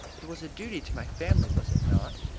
it was a duty to my family, was it not?